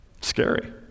Scary